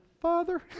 Father